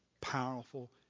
powerful